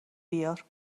بیار